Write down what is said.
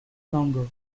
longer